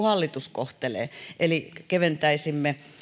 hallitus kohtelee eli keventäisimme